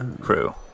crew